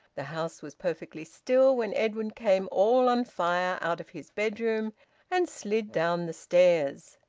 the house was perfectly still when edwin came all on fire out of his bedroom and slid down the stairs.